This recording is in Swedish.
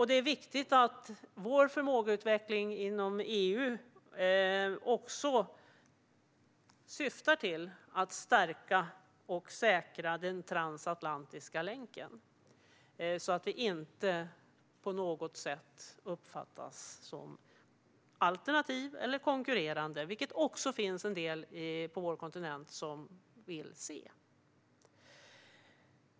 Det är viktigt att vår förmågeutveckling inom EU också syftar till att stärka och säkra den transatlantiska länken, så att vi inte på något sätt uppfattas som alternativa eller konkurrerande, vilket det finns en del på vår kontinent som vill se.